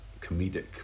comedic